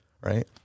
right